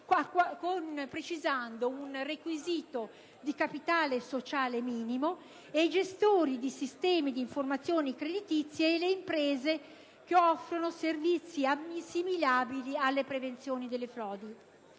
precisando un requisito di capitale sociale minimo, e i gestori di sistemi di informazioni creditizie e le imprese che offrono servizi assimilabili alla prevenzione delle frodi.